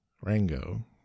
Rango